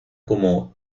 como